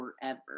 forever